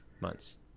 months